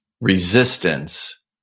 resistance